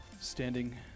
standing